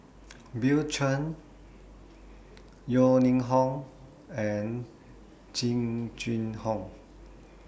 Bill Chen Yeo Ning Hong and Jing Jun Hong